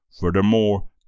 Furthermore